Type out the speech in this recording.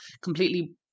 completely